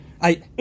I-